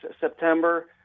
September